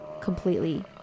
completely